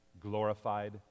glorified